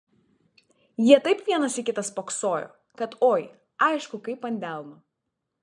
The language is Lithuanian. jie taip vienas į kitą spoksojo kad oi aišku kaip ant delno